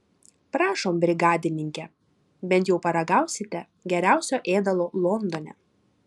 prašom brigadininke bent jau paragausite geriausio ėdalo londone